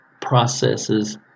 processes